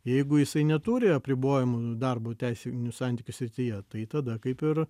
jeigu jisai neturi apribojimų darbo teisinių santykių srityje tai tada kaip ir